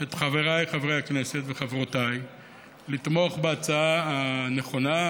מחבריי חברי הכנסת וחברותי לתמוך בהצעה הנכונה,